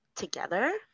together